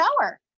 shower